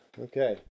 Okay